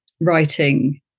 writing